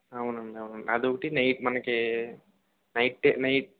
అవునండి అవును అదొకటి నైట్ మనకి నైట్ నైట్